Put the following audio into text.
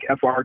FR